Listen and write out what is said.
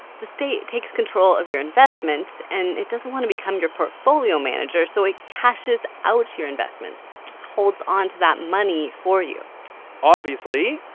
the state takes control of your investments. and it doesn't want to become your portfolio manager, so it cashes out your investments just holds onto that money for you obviously,